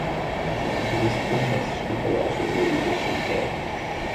žalgiris fantastiškai palaužė eurolygos čempioną